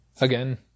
Again